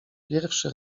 pierwszy